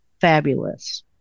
fabulous